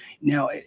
Now